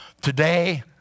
today